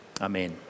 Amen